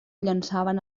llançaven